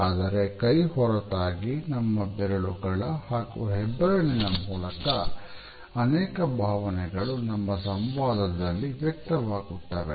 ಆದರೆ ಕೈ ಹೊರತಾಗಿ ನಮ್ಮ ಬೆರಳುಗಳ ಹಾಗೂ ಹೆಬ್ಬೆರಳಿನ ಮೂಲಕ ಅನೇಕ ಭಾವನೆಗಳು ನಮ್ಮ ಸಂವಾದದಲ್ಲಿ ವ್ಯಕ್ತವಾಗುತ್ತವೆ